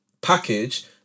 package